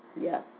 Yes